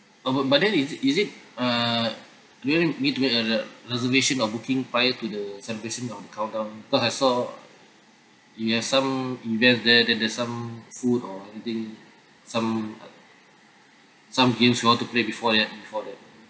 uh but but then is it is it uh I mean need to make a reservation or booking prior to the celebration of the countdown because I saw there are some events there then there's some food or anything some uh some games you want to play before that before that